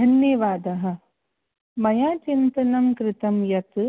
धन्यवादः मया चिन्तनं कृतं यत्